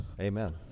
Amen